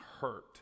hurt